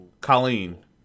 Colleen